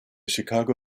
chicago